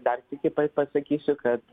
dar sykį pasakysiu kad